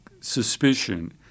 suspicion